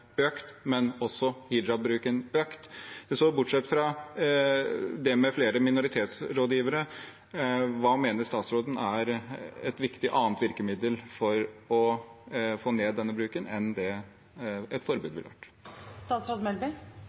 økt, men hijabbruken har også økt. Så bortsett fra flere minoritetsrådgivere, hva mener statsråden er et viktig virkemiddel for å få ned denne bruken, et annet enn det et forbud ville vært?